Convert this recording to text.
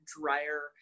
drier